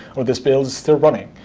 or this build's still running,